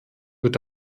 wird